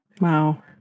Wow